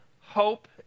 hope